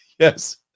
Yes